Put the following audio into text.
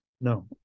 no